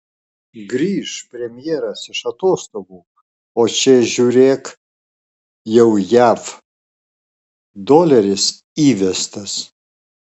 grįš premjeras iš atostogų o čia žiūrėk jau jav doleris įvestas